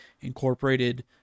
incorporated